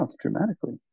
dramatically